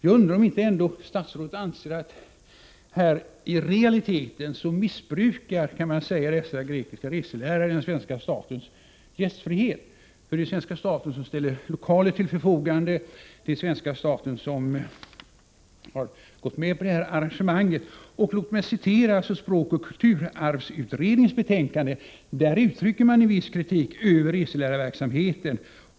Jag undrar om statsrådet ändå inte anser att dessa grekiska reselärare i realiteten missbrukar den svenska statens gästfrihet? Det är ju svenska staten som ställer lokaler till förfogande och har gått med på detta arrangemang. Språkoch kulturarvsutredningen uttrycker i sitt betänkande en viss kritik över reselärarnas verksamhet.